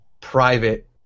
private